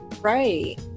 Right